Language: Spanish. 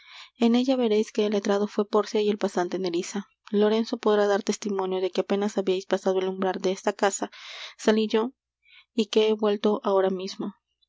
en ella vereis que el letrado fué pórcia y el pasante nerissa lorenzo podrá dar testimonio de que apenas habiais pasado el umbral de esta casa salí yo y que he vuelto ahora mismo